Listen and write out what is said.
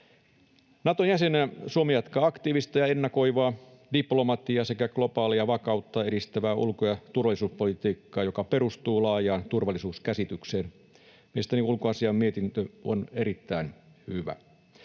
Nato-jäsenenä Suomi jatkaa aktiivista ja ennakoivaa diplomatiaa sekä globaalia vakautta edistävää ulko- ja turvallisuuspolitiikkaa, joka perustuu laajaan turvallisuuskäsitykseen. Mielestäni ulkoasiainvaliokunnan mietintö on erittäin hyvä.